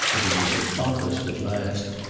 but it was accomplished at last,